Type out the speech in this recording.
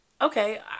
Okay